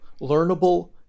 learnable